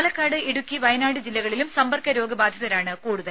പാലക്കാട്ഇടുക്കി വയനാട് ജില്ലകളിലും സമ്പർക്ക രോഗ ബാധിതരാണ് കൂടുതൽ